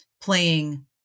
playing